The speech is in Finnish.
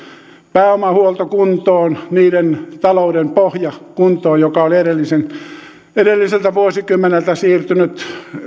pääomahuolto kuntoon niiden talouden pohja kuntoon joka oli edelliseltä vuosikymmeneltä siirtynyt